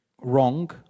wrong